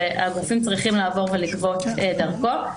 והגופים צריכים לעבור ולגבות דרכו.